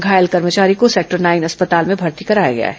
घायल कर्मचारी को सेक्टर नौ अस्पताल में भर्ती कराया गया है